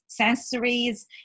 sensories